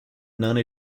none